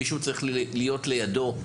מישהו צריך להיות לידו.